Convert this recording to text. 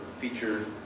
featured